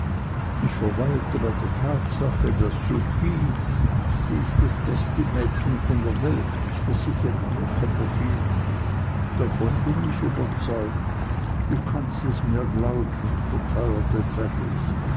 ich verweilte bei der tatsache daß sophie sie ist das beste mädchen von der welt ich versichere dir copperfield davon bin ich überzeugt du kannst es mir glauben